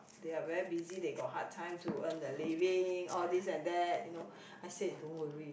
they are very busy they got hard time to earn their living all this and that you know I say don't worry